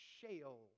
shale